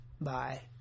Bye